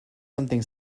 something